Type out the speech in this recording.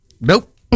Nope